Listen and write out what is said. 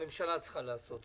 הממשלה צריכה לעשות את זה,